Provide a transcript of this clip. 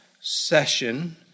session